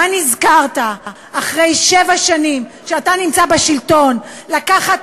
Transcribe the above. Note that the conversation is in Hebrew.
מה נזכרת אחרי שבע שנים שאתה נמצא בשלטון לקחת